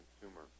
consumer